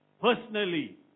Personally